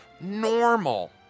normal